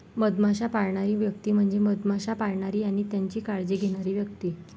मधमाश्या पाळणारी व्यक्ती म्हणजे मधमाश्या पाळणारी आणि त्यांची काळजी घेणारी व्यक्ती